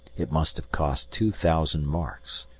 it must have cost two thousand marks,